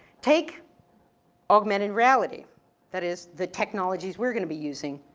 take augmented reality that is the technologies we're gonna be using